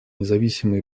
независимой